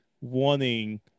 wanting